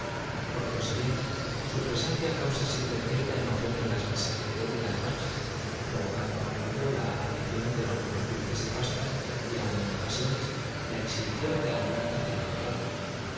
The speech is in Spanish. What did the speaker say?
por consiguiente su presencia causa siempre cierta emoción en las mesas de té de las granjas provocando a menudo la adición de algunos dulces y pastas y aun en ocasiones la exhibición de alguna tetera de plata